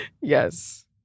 Yes